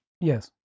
Yes